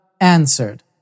answered